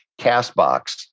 CastBox